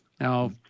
Now